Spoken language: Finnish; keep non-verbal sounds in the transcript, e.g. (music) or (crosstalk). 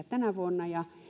(unintelligible) tänä vuonna